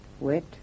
wet